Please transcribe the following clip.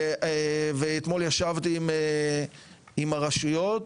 אתמול ישבתי עם הרשויות